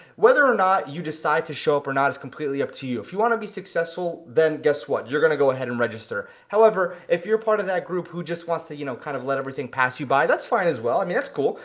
whether or not you decide to show up or not is completely up to you. if you wanna be successful, then guess what, you're gonna go ahead and register. however if you're part of that group who just wants to you know kind of let everything pass you by, that's fine as well, i mean, that's cool.